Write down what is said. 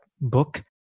book